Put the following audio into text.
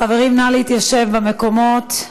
חברים, נא להתיישב במקומות.